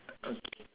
okay